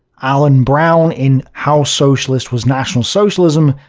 alan brown in how socialist was national socialism?